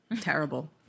Terrible